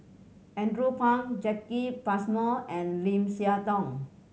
Andrew Phang Jacki Passmore and Lim Siah Tong